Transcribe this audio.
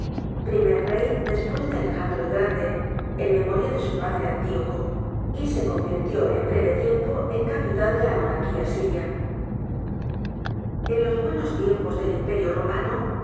primer rey después de alejandro el grande en memoria de su padre antioco y se convirtió en breve tiempo en capital de la monarquía siria en los buenos tiempos del imperio romano